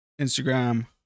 Instagram